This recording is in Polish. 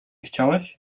chciałeś